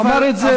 אמר את זה,